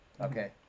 Okay